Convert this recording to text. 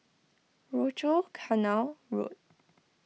Rochor Canal Road